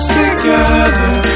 together